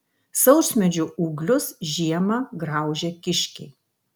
sausmedžių ūglius žiemą graužia kiškiai